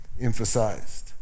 emphasized